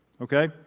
Okay